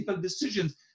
decisions